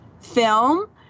film